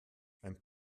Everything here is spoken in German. ein